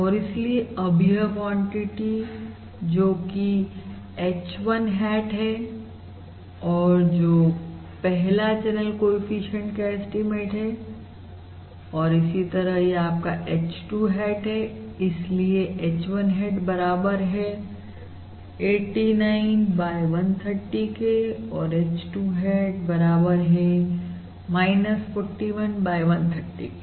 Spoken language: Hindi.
और इसलिए अब यह क्वांटिटी जोकि h 1 hat है और जो पहला चैनल कोएफिशिएंट का एस्टीमेट है और इसी तरह यह आपका h 2 hat है इसलिए h1 hat बराबर है89130 के और h 2 hat बराबर है 41130 के